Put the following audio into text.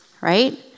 right